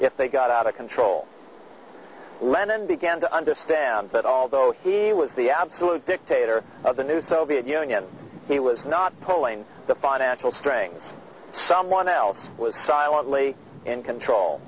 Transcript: if they got out of control lenin began to understand that although he was the absolute dictator of the new soviet union he was not polling the financial strength as someone else was silently in control